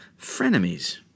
frenemies